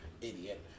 Idiot